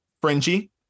fringy